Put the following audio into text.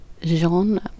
Jean